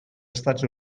estats